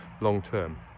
long-term